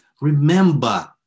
remember